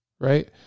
Right